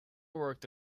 worked